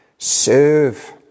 Serve